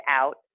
out